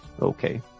Okay